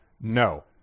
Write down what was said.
no